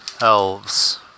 elves